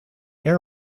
air